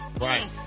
right